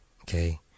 okay